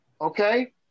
Okay